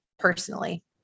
Personally